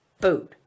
food